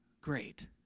Great